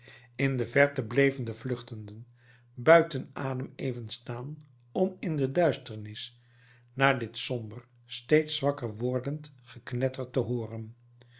in de verte bleven de vluchtenden buiten adem even staan om in de duisternis naar dit somber steeds zwakker wordend geknetter te hooren